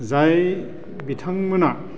जाय बिथांमोना